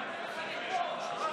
אני אגיע גם לזה, שמחה.